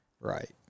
Right